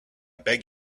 beg